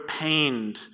pained